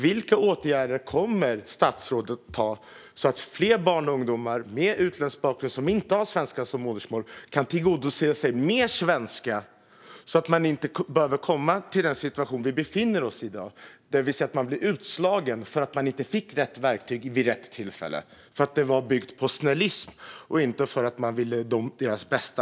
Vilka åtgärder kommer statsrådet att vidta så att fler barn och ungdomar som har utländsk bakgrund och inte har svenska som modersmål kan tillgodogöra sig mer svenska? Vi behöver komma ifrån den situation vi i dag befinner oss i, där elever blir utslagna för att de inte fått rätt verktyg vid rätt tillfälle. Detta är byggt på snällism och inte på att man vill deras bästa.